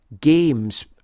games